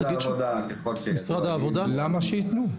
למה שייתנו?